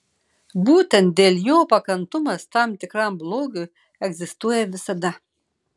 būtent dėl jo pakantumas tam tikram blogiui egzistuoja visada